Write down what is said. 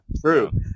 true